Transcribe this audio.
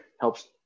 helps